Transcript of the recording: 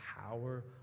power